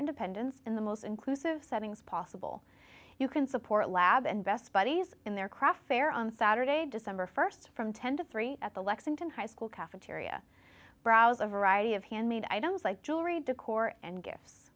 independence in the most inclusive settings possible you can support lab and best buddies in their craft fair on saturday december st from ten to three at the lexington high school cafeteria browse a variety of handmade items like jewelry decor and gifts